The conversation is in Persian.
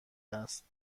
است